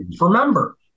Remember